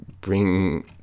bring